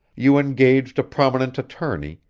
you engaged a prominent attorney,